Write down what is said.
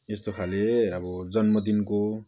यस्तो खाले अब जन्मदिनको